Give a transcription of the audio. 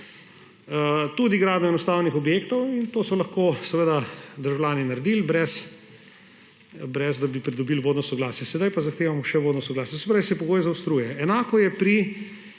tudi gradnjo enostavnih objektov. To so lahko državljani naredili, brez da bi pridobili vodno soglasje, sedaj pa zahtevamo še vodno soglasje. To se pravi, se pogoj zaostruje.